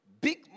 Big